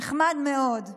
נחמד מאוד.